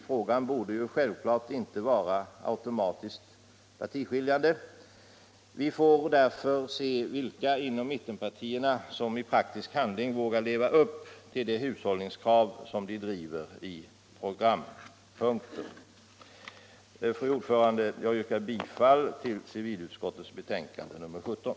Frågan borde självklart inte vara automatiskt partiskiljande: Vi får därför se vilka inom mittenpartierna som i praktisk handling vågar leva upp till det hushållningskrav som de driver i programpunkter. Fru talman! Jag yrkar bifall till civilutskottets hemställan betänkande nr:17.